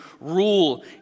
rule